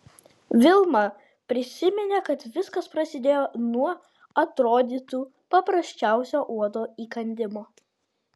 vilma prisiminė kad viskas prasidėjo nuo atrodytų paprasčiausio uodo įkandimo